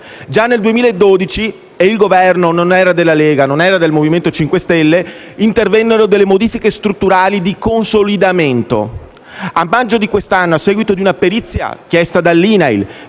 Già nel 2012 - e il Governo non era della Lega e non era del MoVimento 5 Stelle - intervennero modifiche strutturali di consolidamento. A maggio di quest'anno, a seguito di una perizia chiesta dall'INAIL,